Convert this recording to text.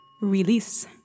Release